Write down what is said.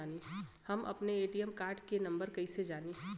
हम अपने ATM card के नंबर कइसे जानी?